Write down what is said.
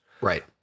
right